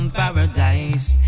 paradise